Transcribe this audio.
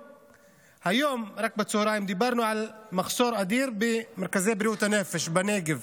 רק היום בצוהריים דיברנו על מחסור אדיר במרכזי בריאות הנפש בנגב